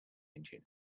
engine